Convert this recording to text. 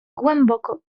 głęboko